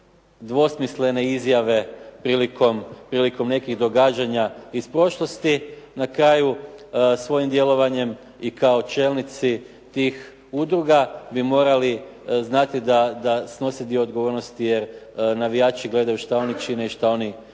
dvosmislene izjave prilikom nekih događanja iz prošlosti. Na kraju svojim djelovanjem i kao čelnici tih udruga bi morali znati da snositi odgovornost jer navijači gledaju šta oni čine i šta oni govore.